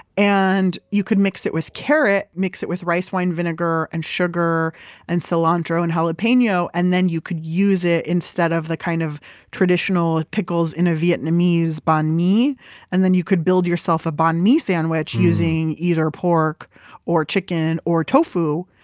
and you could mix it with carrot and mix it with rice wine vinegar and sugar and cilantro and jalapeno. and then you could use it instead of the kind of traditional pickles in a vietnamese banh mi and then you could build yourself a banh mi sandwich using either pork or chicken or tofu.